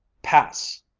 pass!